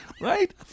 right